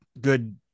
good